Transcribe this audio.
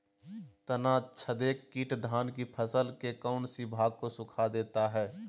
तनाछदेक किट धान की फसल के कौन सी भाग को सुखा देता है?